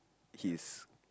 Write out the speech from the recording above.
he's